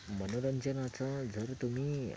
मनोरंजनाचं जर तुम्ही